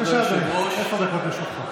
בבקשה, אדוני, עשר דקות לרשותך.